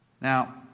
Now